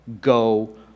Go